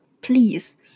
please